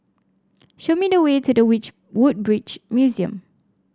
show me the way to the Woodbridge Museum